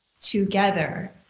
together